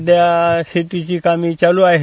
सध्या शेतीची कामे चालू आहेत